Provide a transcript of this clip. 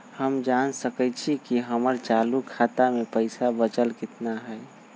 हम जान सकई छी कि हमर चालू खाता में पइसा बचल कितना हई